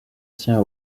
tient